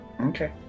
Okay